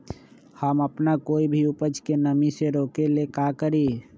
हम अपना कोई भी उपज के नमी से रोके के ले का करी?